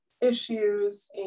issues